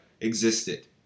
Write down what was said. existed